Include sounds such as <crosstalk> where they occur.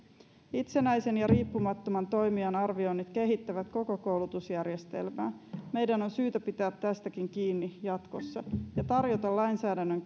itsenäisen ja riippumattoman toimijan arvioinnit kehittävät koko koulutusjärjestelmää meidän on syytä pitää tästäkin kiinni jatkossa ja tarjota lainsäädännön <unintelligible>